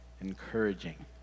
encouraging